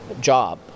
job